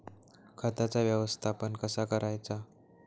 खताचा व्यवस्थापन कसा करायचा?